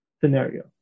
scenario